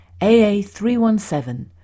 AA317